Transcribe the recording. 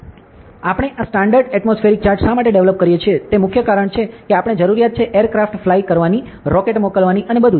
આપણે આ standard atmospheric chart શા માટે ડેવલોપ કરીએ છીએ તે મુખ્ય કારણ છે કે આપણે જરૂરિયાત છે એરક્રાફ્ટ ફ્લાય કરવાની રોકેટ મોકલવાની અને બધું